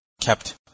kept